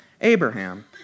Abraham